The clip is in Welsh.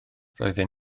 roedden